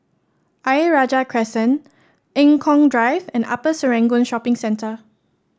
Ayer Rajah Crescent Eng Kong Drive and Upper Serangoon Shopping Centre